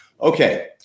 Okay